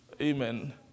Amen